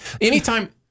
anytime